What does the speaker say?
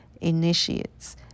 initiates